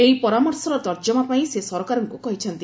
ଏହି ପରାମର୍ଶର ତର୍କମା ପାଇଁ ସେ ସରକାରଙ୍କୁ କହିଛନ୍ତି